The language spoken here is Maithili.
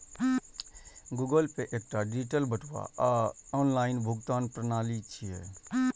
गूगल पे एकटा डिजिटल बटुआ आ ऑनलाइन भुगतान प्रणाली छियै